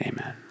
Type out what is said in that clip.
amen